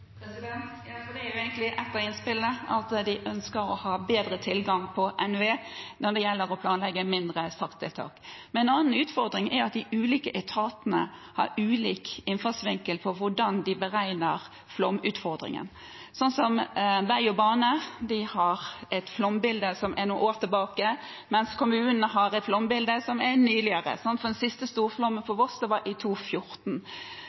det er jo et av innspillene, at de ønsker å ha bedre tilgang til NVE når det gjelder å planlegge mindre strakstiltak. Men en annen utfordring er at de ulike etatene har ulik innfallsvinkel til hvordan de beregner flomutfordringen. Vei og bane har et flombilde som er fra noen år tilbake, mens kommunene har et flombilde som er nyere. Den siste storflommen